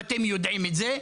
ואתם יודעים את זה,